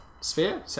sphere